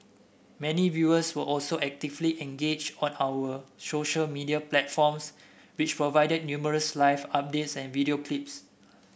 many viewers were also actively engaged on our social media platforms which provided numerous live updates and video clips